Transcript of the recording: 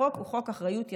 החוק הוא חוק אחריות יצרן.